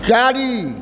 चारि